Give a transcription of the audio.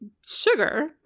Sugar